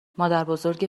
مادربزرگ